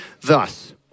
thus